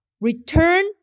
return